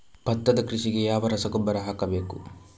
ಭತ್ತದ ಕೃಷಿಗೆ ಯಾವ ರಸಗೊಬ್ಬರ ಹಾಕಬೇಕು?